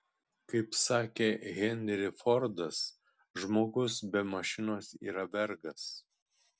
kaip sakė henry fordas žmogus be mašinos yra vergas